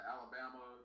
Alabama